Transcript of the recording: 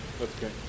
okay